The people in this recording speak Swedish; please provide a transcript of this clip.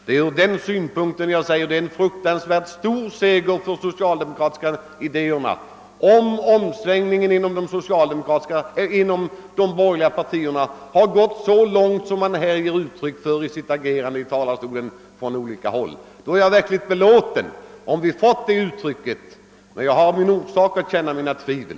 Det är ur den synpunkten jag anser att detta är en mycket stor seger för de socialdemokratiska idéerna. Om omsvängningen inom de borgerliga partierna varit så markant som det har getts uttryck för från denna talarstol och på andra håll, är jag verkligt belåten. Men jag har orsak att hysa tvivel.